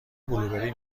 بلوبری